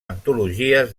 antologies